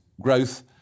growth